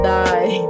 die